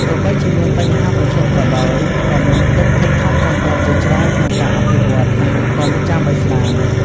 ទោះបីជាមានបញ្ហាប្រឈមក៏ដោយ ក៏មានកិច្ចខិតខំប្រឹងប្រែងជាច្រើនក្នុងការអភិវឌ្ឍន៍សហគមន៍ចាមឥស្លាម។